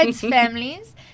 families